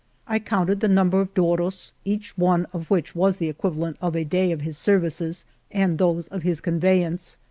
i counted the number of douros, each one of which was the equivalent of a day of his ser vices and those of his conveyance,